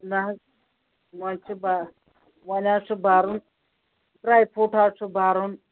نہ حظ وۄنۍ چھِ بَہہ وۄنۍ حظ چھُ بَرُن ڈرٛاے فرٛوٗٹ حظ چھِ بَرُن